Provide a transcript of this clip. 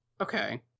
Okay